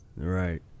Right